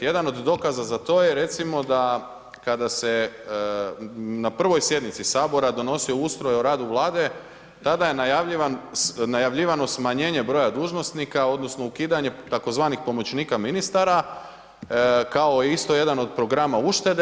Jedan od dokaza za to je recimo da kada se na prvoj sjednici Sabora donosio ustroj o radu Vlade tada je najavljivanje smanjenje broja dužnosnika, odnosno ukidanje tzv. pomoćnika ministara kao isto jedan od programa uštede.